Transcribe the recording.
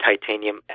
titanium